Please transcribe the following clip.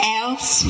else